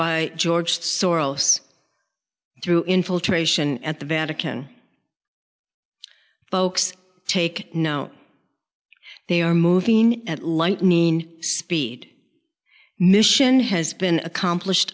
by george soros through infiltration at the vatican folks take no they are moving at lightning speed mission has been accomplished